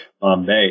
Bombay